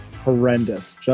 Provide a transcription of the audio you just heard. Horrendous